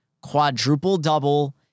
quadruple-double